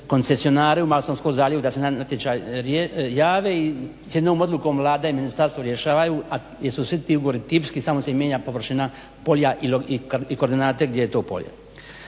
koncesionare u Malostonskom zaljevu da se na natječaj jave i da s jednom odlukom Vlada i ministarstvo rješavaju jer su svi ti ugovori tipski samo se mijenja površina polja i koordinate gdje je to polje.